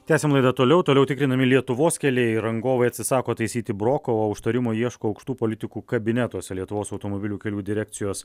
tęsiam laidą toliau toliau tikrinami lietuvos keliai rangovai atsisako taisyti broką o užtarimo ieško aukštų politikų kabinetuose lietuvos automobilių kelių direkcijos